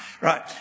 Right